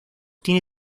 tiene